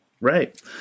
Right